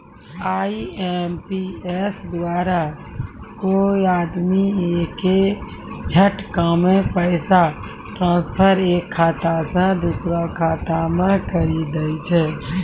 IMPS द्वारा कोय आदमी एक्के झटकामे पैसा ट्रांसफर एक खाता से दुसरो खाता मे करी दै छै